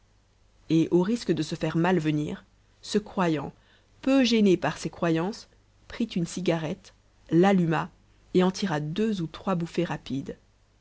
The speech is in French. et au risque de se faire mal venir ce croyant peu gêné par ses croyances prit une cigarette l'alluma et en tira deux ou trois bouffées rapides